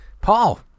Paul